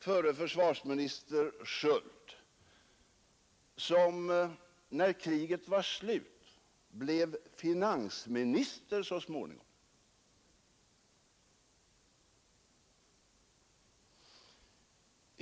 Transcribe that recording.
Förre försvarsministern Sköld blev när kriget var slut så småningom finansminister.